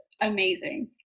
amazing